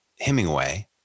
Hemingway